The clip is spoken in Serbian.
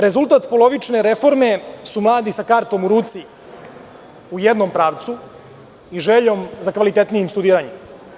Rezultat polovične reforme su mladi sa kartom u ruci u jednom pravcu i željom za kvalitetnijim studiranjem.